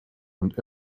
und